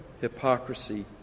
hypocrisy